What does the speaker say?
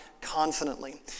confidently